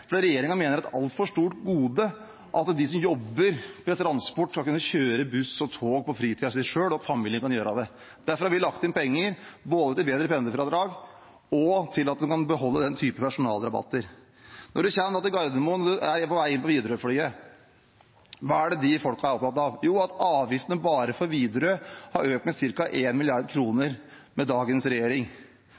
fordi regjeringen mener det er et altfor stort gode at de som jobber med transport, skal kunne kjøre buss og tog i fritiden sin, og at familien kan gjøre det. Derfor har vi lagt inn penger til både bedre pendlerfradrag og at man kan beholde den typen personalrabatter. Når man kommer til Gardermoen og er på vei inn i Widerøe-flyet: Hva er de folkene opptatt av? Jo, at avgiftene bare for Widerøe har økt med ca. 1 mrd. kr med dagens regjering.